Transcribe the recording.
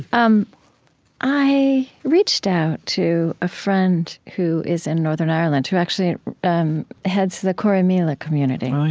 um i reached out to a friend who is in northern ireland, who actually heads the corrymeela community